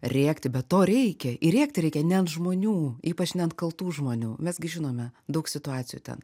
rėkti bet to reikia ir rėkti reikia net ant žmonių ypač ne ant kaltų žmonių mes gi žinome daug situacijų ten